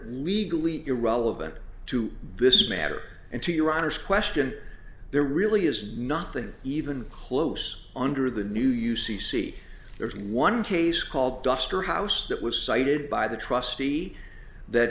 legally irrelevant to this matter and to your honor's question there really is nothing even close under the new u c c there is one case called duster house that was cited by the trustee that